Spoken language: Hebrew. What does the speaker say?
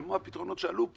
כמו הפתרונות שעלו פה,